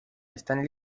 están